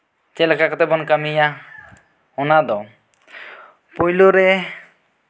ᱪᱮᱫᱞᱮᱠᱟ ᱠᱟᱛᱮᱫ ᱵᱚᱱ ᱠᱟᱹᱢᱤᱭᱟ ᱚᱱᱟ ᱫᱚ ᱯᱳᱭᱞᱳ ᱨᱮ